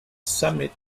summit